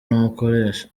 n’umukoresha